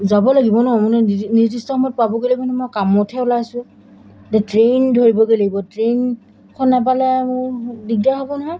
যাব লাগিব ন মানে নিৰ্দিষ্ট সময়ত পাবগৈ লাগিব নহয় মই কামতহে ওলাইছোঁ এতিয়া ট্ৰেইন ধৰিবগৈ লাগিব ট্ৰেইনখন নেপালে মোৰ দিগদাৰ হ'ব নহয়